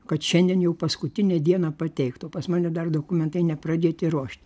kad šiandien jau paskutinė diena pateikt o pas mane dar dokumentai nepradėti ruošt